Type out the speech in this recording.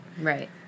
Right